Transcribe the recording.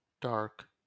dark